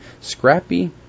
scrappy